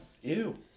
Ew